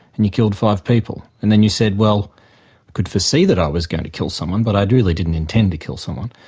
and you killed five people, and then you said, well, i could foresee that i was going to kill someone, but i really didn't intend to kill someone',